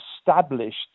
established